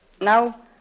Now